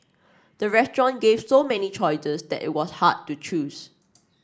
the restaurant gave so many choices that it was hard to choose